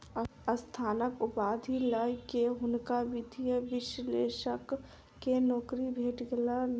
स्नातक उपाधि लय के हुनका वित्तीय विश्लेषक के नौकरी भेट गेलैन